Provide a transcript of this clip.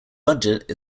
budget